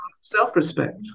Self-respect